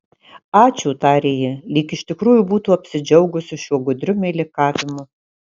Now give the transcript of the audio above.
ačiū tarė ji lyg iš tikrųjų būtų apsidžiaugusi šiuo gudriu meilikavimu